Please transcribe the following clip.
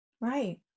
Right